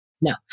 No